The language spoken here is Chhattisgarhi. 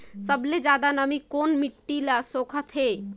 सबले ज्यादा नमी कोन मिट्टी ल सोखत हे?